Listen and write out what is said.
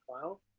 file